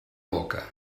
boca